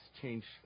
changed